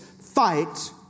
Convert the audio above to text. fight